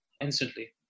instantly